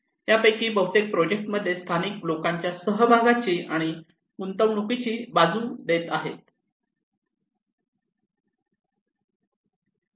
यापैकी बहुतेक प्रोजेक्ट मध्ये स्थानिक लोकांच्या सहभागाची आणि गुंतवणूकीची बाजू देत आहेत